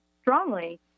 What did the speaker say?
strongly